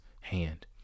hand